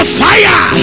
fire